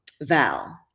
Val